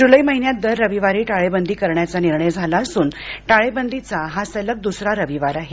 जुलै महिन्यात दर रविवारी टाळेबंदी करण्याचा निर्णय झाला असून टाळेबंदीचा हा सलग दुसरा रविवार आहे